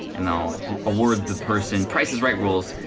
and i'll award the person, price is right rules,